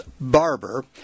barber